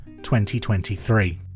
2023